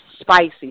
spicy